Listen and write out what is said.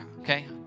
okay